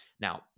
Now